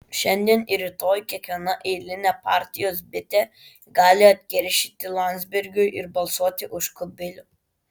šiandien ir rytoj kiekviena eilinė partijos bitė gali atkeršyti landsbergiui ir balsuoti už kubilių